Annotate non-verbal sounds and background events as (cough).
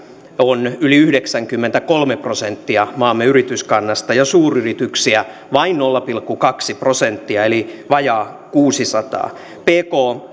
on yli yhdeksänkymmentäkolme prosenttia maamme yrityskannasta ja suuryrityksiä vain nolla pilkku kaksi prosenttia eli vajaa kuudennensadannen pk (unintelligible)